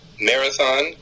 Marathon